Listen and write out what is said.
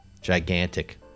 Gigantic